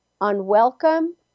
unwelcome